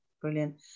brilliant